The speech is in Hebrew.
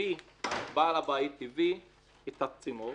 בעל הבית הביא את הצינור,